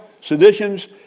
seditions